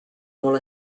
molt